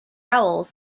owls